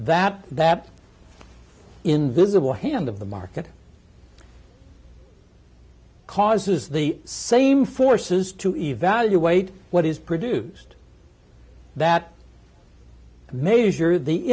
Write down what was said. that that invisible hand of the market causes the same forces to evaluate what is produced that major the